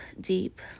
deep